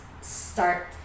start